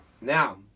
Now